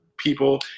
people